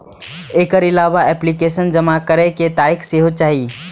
एकर अलावा एप्लीकेशन जमा करै के तारीख सेहो चाही